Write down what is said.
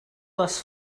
this